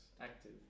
active